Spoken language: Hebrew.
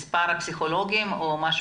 מספר הפסיכולוגים או משהו אחר?